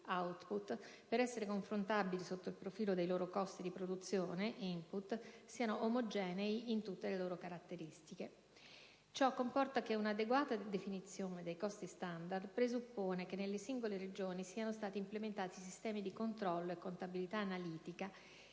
(*output*) per essere confrontabili sotto il profilo dei loro costi di produzione (*input*) siano omogenei in tutte le loro caratteristiche. Ciò comporta che una adeguata definizione dei costi standard presuppone che nelle singole Regioni siano stati implementati sistemi di controllo e di contabilità analitica